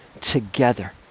together